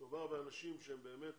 מדובר באנשים שבאמת